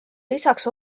lisaks